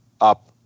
up